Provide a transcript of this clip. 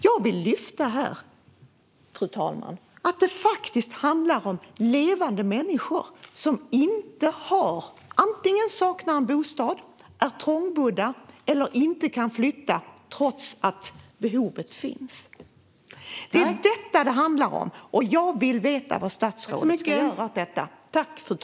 Jag vill, fru talman, lyfta att det faktiskt handlar om levande människor, som antingen saknar bostad, är trångbodda eller inte kan flytta trots att behovet finns. Det är detta det handlar om, och jag vill veta vad statsrådet ska göra åt det.